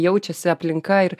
jaučiasi aplinka ir